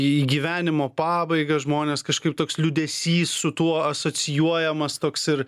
į gyvenimo pabaigą žmonės kažkaip toks liūdesys su tuo asocijuojamas toks ir